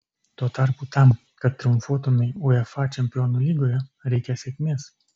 tuo tarpu tam kad triumfuotumei uefa čempionų lygoje reikia sėkmės